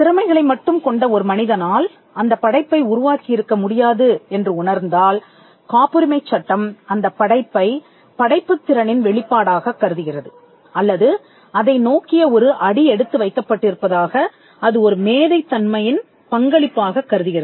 திறமைகளை மட்டும் கொண்ட ஒரு மனிதனால் அந்தப் படைப்பை உருவாக்கி இருக்க முடியாது என்று உணர்ந்தால் காப்புரிமைச் சட்டம் அந்தப் படைப்பை படைப்புத் திறனின் வெளிப்பாடாகக் கருதுகிறது அல்லது அதை நோக்கிய ஒரு அடி எடுத்து வைக்கப்பட்டிருப்பதாக அது ஒரு மேதைத் தன்மையின் பங்களிப்பாகக் கருதுகிறது